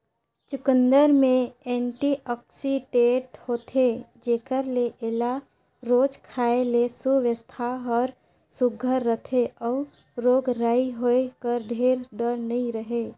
चुकंदर में एंटीआक्सीडेंट होथे जेकर ले एला रोज खाए ले सुवास्थ हर सुग्घर रहथे अउ रोग राई होए कर ढेर डर नी रहें